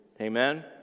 Amen